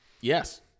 Yes